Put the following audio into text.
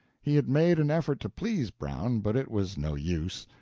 he had made an effort to please brown, but it was no use.